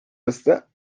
asta